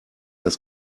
das